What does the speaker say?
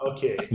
Okay